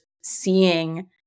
seeing